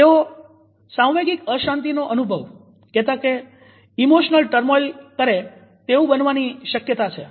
તેઓ સાંવેગિક અશાંતિનો અનુભવ કરે તેવું બનવાની શક્યતા છે